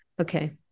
Okay